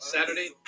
Saturday